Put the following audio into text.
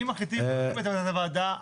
אם מחליטים לא כעמדת הוועדה,